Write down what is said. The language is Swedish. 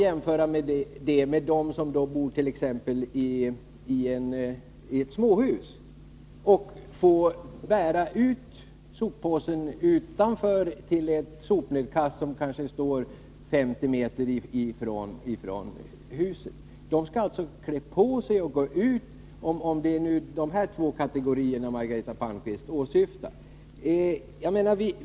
Jämför sedan med hur det är att bo i ett småhus. Där får man bära ut soppåsen till en soptunna som kanske står 50 meter från huset. Den som bor på det sättet skall alltså klä på sig och gå ut.